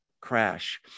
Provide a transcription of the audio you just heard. crash